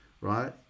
right